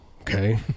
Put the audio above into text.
okay